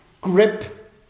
grip